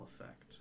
effect